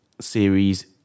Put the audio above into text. series